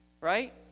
right